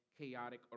chaotic